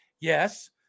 Yes